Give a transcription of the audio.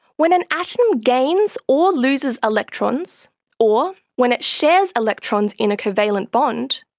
when an atom gains or loses electrons or when it shares electrons in a covalent bond,